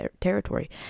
territory